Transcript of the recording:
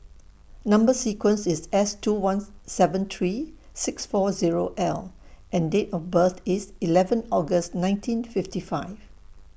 Number sequence IS S two one seven three six four Zero L and Date of birth IS eleven August nineteen fifty five